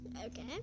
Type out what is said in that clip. Okay